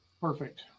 Perfect